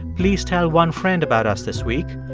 please tell one friend about us this week.